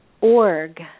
org